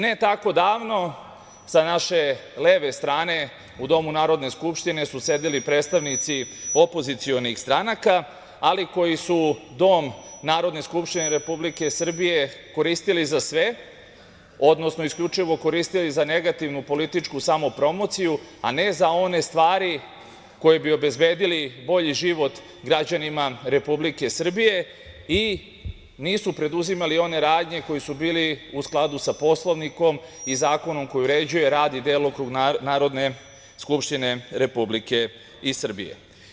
Ne tako davno sa naše leve strane u Domu Narodne skupštine su sedeli predstavnici opozicionih stanaka, ali koji su Dom Narodne skupštine Republike Srbije koristili za sve, odnosno isključivo koristili za negativnu političku samopromociju, a ne za one stari koje bi obezbedile bolji život građanima Republike Srbije i nisu preduzimali one radnje koje su bile u skladu sa Poslovnikom i zakonom koji uređuje rad i delokrug Narodne skupštine Republike Srbije.